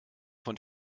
von